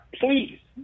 please